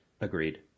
Agreed